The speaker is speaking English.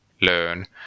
learn